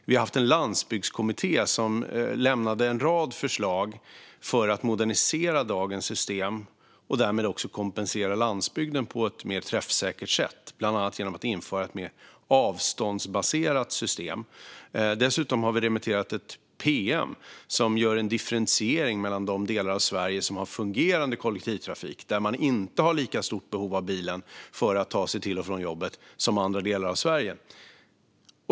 Vi har haft en landsbygdskommitté som lämnade en rad förslag för att modernisera dagens system och därmed också kompensera landsbygden på ett mer träffsäkert sätt, bland annat genom att införa ett mer avståndsbaserat system. Dessutom har vi remitterat ett pm som gör en differentiering mellan de delar av Sverige som har fungerande kollektivtrafik - där man inte har lika stort behov av bilen för att ta sig till och från jobbet - och andra delar av Sverige.